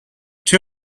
too